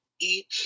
eat